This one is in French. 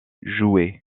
joué